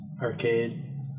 Arcade